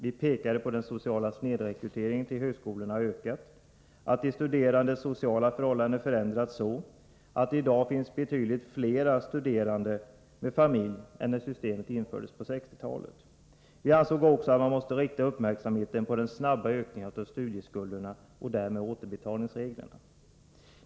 Vi pekade på att den sociala snedrekryteringen till högskolorna har ökat och att de studerandes sociala förhållanden förändrats så, att det i dag finns betydligt fler studerande med familj än när systemet infördes på 1960-talet. Vi ansåg också att man måste rikta uppmärksamheten på den snabba ökningen av studieskulderna och därmed återbetalningsreglerna.